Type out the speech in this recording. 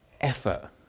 Effort